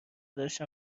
داشتم